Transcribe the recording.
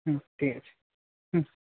হুম ঠিক আছে হুম